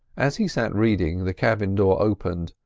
as he sat reading, the cabin door opened,